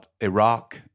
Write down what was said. Iraq